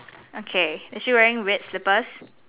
okay is she wearing red slippers